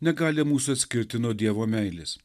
negali mūsų atskirti nuo dievo meilės